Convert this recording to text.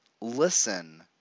listen